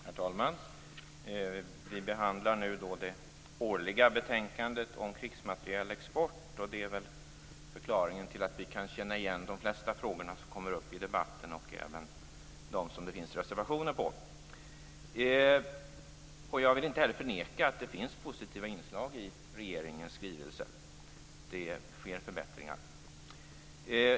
Herr talman! Vi behandlar nu det årliga betänkandet om krigsmaterielexport. Det är förklaringen till att vi kan känna igen de flesta frågor som kommer upp i debatten och även dem som det finns reservationer på. Jag vill inte förneka att det finns positiva inslag i regeringens skrivelse. Det sker förbättringar.